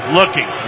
looking